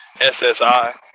ssi